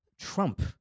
trump